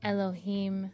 Elohim